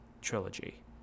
trilogy